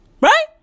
right